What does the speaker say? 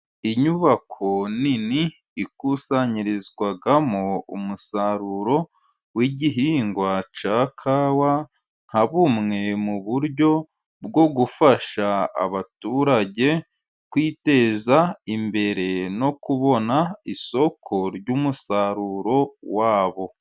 Inyubako nini ikusanyirizwamo umusaruro w'igihingwa cya kawa, nka bumwe mu buryo bwo gufasha abaturage kwiteza imbere no kubona isoko ry'umusaruro wabo.